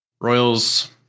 Royals